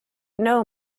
know